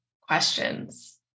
questions